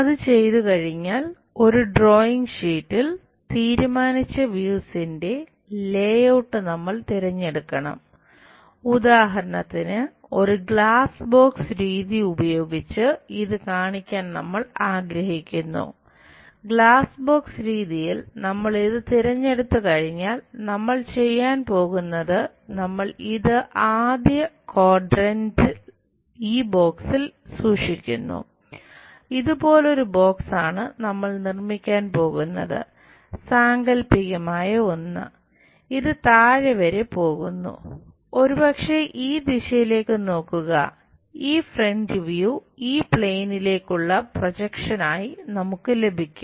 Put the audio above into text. അത് ചെയ്തുകഴിഞ്ഞാൽ ഒരു ഡ്രോയിംഗ് ഷീറ്റിൽ തീരുമാനിച്ച വ്യൂസിന്റെ നമുക്ക് ലഭിക്കും